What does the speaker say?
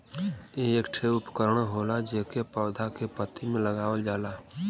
एक ठे उपकरण होला जेके पौधा के पत्ती में लगावल जाला